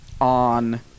on